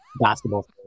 basketball